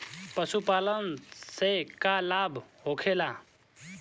पशुपालन से का लाभ होखेला?